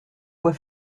quoi